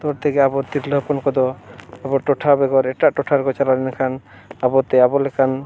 ᱩᱛᱟᱹᱨ ᱛᱮᱜᱮ ᱟᱵᱚ ᱛᱤᱨᱞᱟᱹ ᱦᱚᱯᱚᱱ ᱠᱚᱫᱚ ᱟᱵᱚ ᱴᱚᱴᱷᱟ ᱵᱮᱜᱚᱨ ᱮᱴᱟᱜ ᱴᱚᱴᱷᱟ ᱨᱮᱠᱚ ᱪᱟᱞᱟᱣ ᱞᱮᱱᱠᱷᱟᱱ ᱟᱵᱚᱛᱮ ᱟᱵᱚ ᱞᱮᱠᱟᱱ